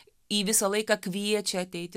jį visą laiką kviečia ateiti